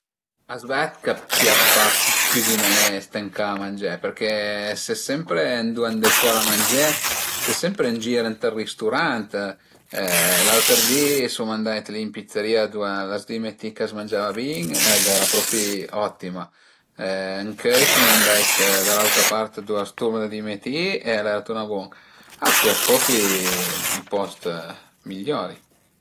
A s'vet ch'a t'pias pa cüziné e ste ën ca a mangé perché ses sempre ëndua andé fora a mangé, ses sempre ën gir ënt ël risturant, l'auter di suma andait li ën pizzeria ëndua l'as dime ti ch'a s'mangia bin e al era propi ottima. Ëncöi suma andait da l'auta part ëndua l'as turna dime ti e al era turna bun, a t'pias propi i post migliori